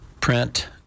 print